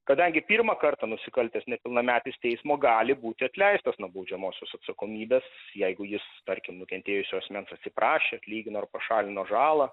kadangi pirmą kartą nusikaltęs nepilnametis teismo gali būti atleistas nuo baudžiamosios atsakomybės jeigu jis tarkim nukentėjusio asmens atsiprašė atlygino ar pašalino žalą